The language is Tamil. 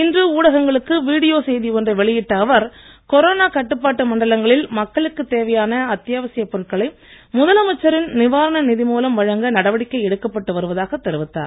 இன்ற ஊடகங்களுக்கு வீடியோ செய்தி ஒன்றை வெளியிட்ட அவர் கொரோனா கட்டுப்பாட்டு மண்டலங்களில் தேவையான மக்களுக்குத் பொருட்களை முதலமைச்சரின் நிவாரண நிதி மூலம் வழங்க் நடவடிக்கை எடுக்கப்பட்டு வருவதாகத் தெரிவித்தார்